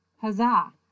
huzzah